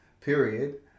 period